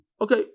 Okay